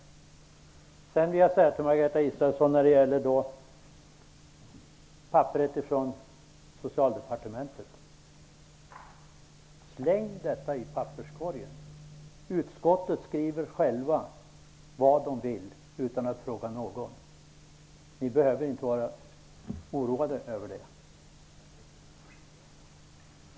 Jag skulle också vilja säga till Margareta Israelsson vad gäller papperet från Socialdepartementet: Släng det i papperskorgen! Utskottet skriver vad det vill utan att fråga någon. Det behöver ni inte vara oroade över.